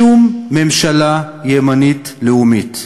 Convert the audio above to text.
שום ממשלה ימנית לאומית,